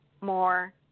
more